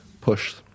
push